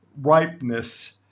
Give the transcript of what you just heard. ripeness